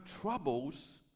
troubles